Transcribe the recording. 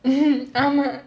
ஆமா:aamaa